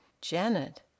Janet